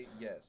Yes